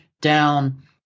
down